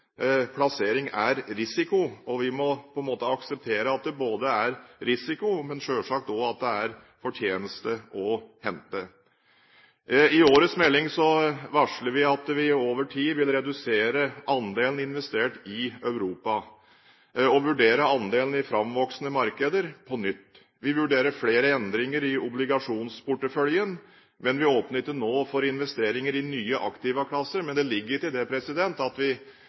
plassering er risikofri. Vi må på en måte akseptere at det er risiko, men det er selvsagt også fortjeneste å hente. I årets melding varsler vi at vi over tid vil redusere andelen investert i Europa, og at vi vil vurdere andelen framvoksende markeder på nytt. Vi vurderer flere endringer i obligasjonsporteføljen. Vi åpner ikke nå for investeringer i nye aktivaklasser. Men det ligger ikke i det at vi